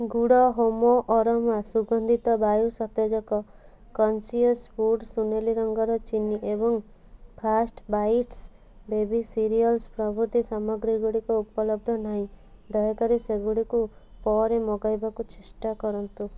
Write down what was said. good Home aroma ସୁଗନ୍ଧିତ ବାୟୁ ସତେଜକ କନସିଅସ୍ ଫୁଡ଼୍ ସୁନେଲୀ ରଙ୍ଗର ଚିନି ଏବଂ ଫାଷ୍ଟ ବାଇଟ୍ସ ବେବି ସିରିଅଲସ୍ ପ୍ରଭୃତି ସାମଗ୍ରୀ ଗୁଡ଼ିକ ଉପଲବ୍ଧ ନାହିଁ ଦୟାକରି ସେଗୁଡ଼ିକୁ ପରେ ମଗାଇବାକୁ ଚେଷ୍ଟା କରନ୍ତୁ